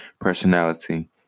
personality